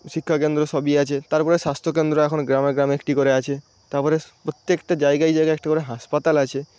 শিক্ষাকেন্দ্র সবই আছে তারপরে স্বাস্থ্যকেন্দ্র এখন গ্রামে গ্রামে একটি করে আছে তারপর প্রত্যেকটা জায়গায় জায়গায় একটি করে হাসপাতাল আছে